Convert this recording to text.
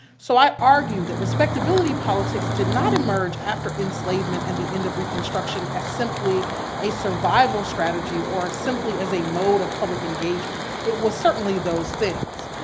so i argue that respectability politics did not emerge after enslavement and the end of reconstruction as simply a survival strategy or simply as a mode of public engagement. it was certainly those things.